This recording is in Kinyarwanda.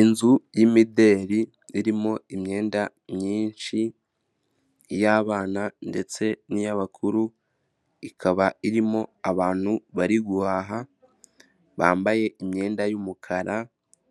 Inzu y'imideri irimo imyenda myinshi, iy'abana ndetse n'iy'abakuru, ikaba irimo abantu bari guhaha, bambaye imyenda y'umukara